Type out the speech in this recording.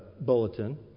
bulletin